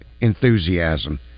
enthusiasm